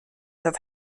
dat